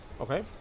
Okay